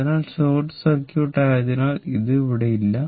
അതിനാൽ short circuit ആയതിനാൽ ഇത് അവിടെയില്ല